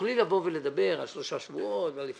תוכלי לבוא ולדבר על שלושה שבועות ועל חודש,